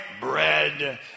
bread